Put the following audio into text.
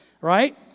right